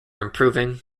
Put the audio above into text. improving